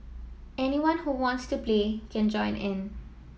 anyone who wants to play can join in